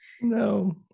No